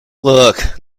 look